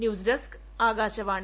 news desk Akashvani